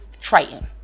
Triton